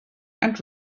and